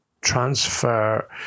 transfer